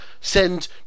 send